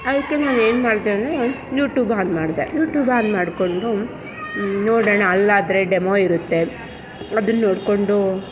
ಅದಕ್ಕೆ ನಾನು ಏನ್ಮಾಡಿದೆ ಅಂದರೆ ಯೂಟ್ಯೂಬ್ ಆನ್ ಮಾಡಿದೆ ಯೂಟ್ಯೂಬ್ ಆನ್ ಮಾಡಿಕೊಂಡು ನೋಡೋಣ ಅಲ್ಲಾದರೆ ಡೆಮೋ ಇರುತ್ತೆ ಅದನ್ನ ನೋಡಿಕೊಂಡು